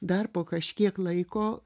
dar po kažkiek laiko